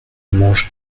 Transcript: mange